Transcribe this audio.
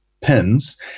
pins